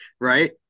right